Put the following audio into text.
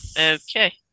Okay